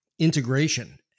integration